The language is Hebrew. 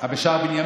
אה, בשער בנימין?